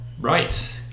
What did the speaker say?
Right